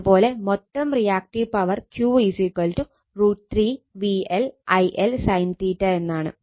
അത് പോലെ മൊത്തം reactive power Q √ 3 VL IL sin എന്നാണ്